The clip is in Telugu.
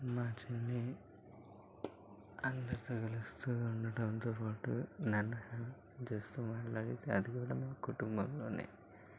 మా చెల్లి అందరితో కలుస్తూ ఉండటంతో పాటు నన్ను జస్ట్ మాట్లాడేది అది కూడా మా కుటుంబంలోనే